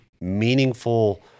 meaningful